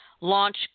Launch